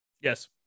Yes